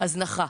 הזנחה.